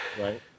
Right